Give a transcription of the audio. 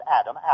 Adam